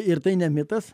ir tai ne mitas